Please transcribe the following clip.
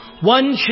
One